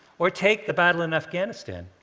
or take the battle in afghanistan.